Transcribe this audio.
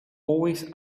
always